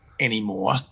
anymore